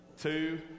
two